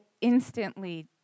instantly